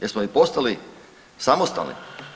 Jesmo li postali samostalni?